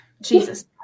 Jesus